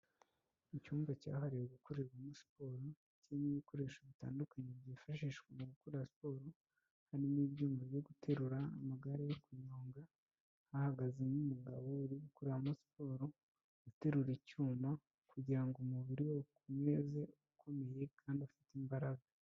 Icyumba cyahariwe gukorerwamo siporo, ndetse n' ibikoresho bitandukanye byifashishwa mu gukora siporo ,hamwe n'ibyuma byo guterura ,amagare yo kunyonga, hahagaze n'umugabo uri gukoreramo siporo, uterura icyuma, kugira ngo umubiri we ukomeze ukomeye kandi ufite imbaraga.